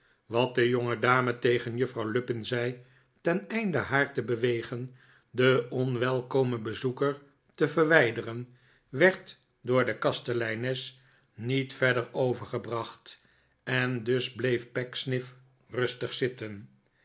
wat de jongedame tegen juffrouw lupin zei teneinde haar te bewegen den onwelkomen bezoeker te verwijderen werd door de kasteleines niet verder overgebracht en dus bleef pecksniff rustig zitten